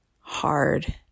hard